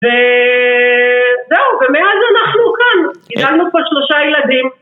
וזהו, ומאז אנחנו כאן, גידלנו פה שלושה ילדים